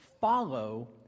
follow